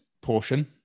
portion